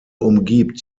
umgibt